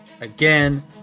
again